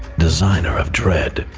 designer of dread.